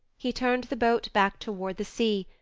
he turned the boat back toward the sea,